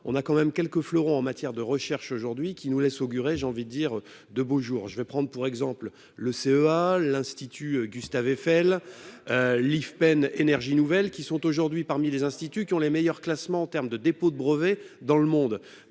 on a quand même quelques fleurons en matière de recherche aujourd'hui qui nous laisse augurer, j'ai envie de dire, de beaux jours je vais prendre pour exemple le CEA, l'institut Gustave Eiffel l'IFPEN énergies nouvelles qui sont aujourd'hui parmi les instituts qui ont les meilleurs classements en termes de dépôts de brevets dans le monde,